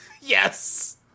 Yes